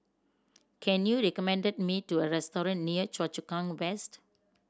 can you recommend me to a restaurant near Choa Chu Kang West